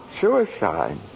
Suicide